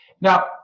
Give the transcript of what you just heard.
Now